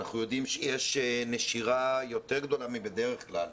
אנחנו יודעים שיש נשירה יותר גדולה מבדרך כלל